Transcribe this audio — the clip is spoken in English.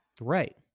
Right